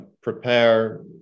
prepare